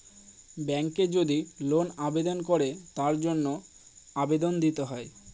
ব্যাঙ্কে যদি লোন আবেদন করে তার জন্য আবেদন দিতে হয়